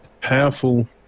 powerful